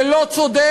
זה לא צודק,